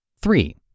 Three